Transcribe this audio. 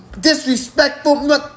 disrespectful